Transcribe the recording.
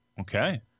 Okay